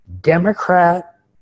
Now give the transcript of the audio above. Democrat